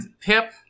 Pip